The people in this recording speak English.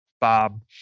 Bob